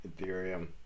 Ethereum